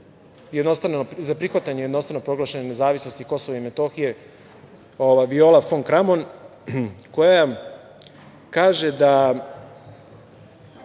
za prihvatanje jednostrano proglašene nezavisnosti Kosova i Metohije, Viola fon Kramon, koja kaže da